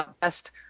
best